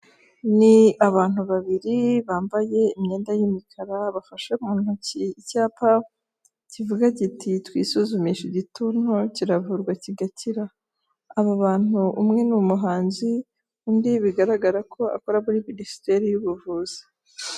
Ni abantu babiri bambaye imyenda y'imikara bafashe mu ntoki icyapa kivuga kiti ''Twisuzumishe igituntu, kiravurwa kigakira.'' Aba bantu umwe ni umuhanzi, undi bigaragara ko akora muri Minisiteri y'Ubuvuzi.